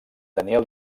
daniel